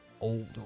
old